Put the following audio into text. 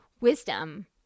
wisdom